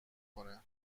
کنه